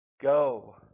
go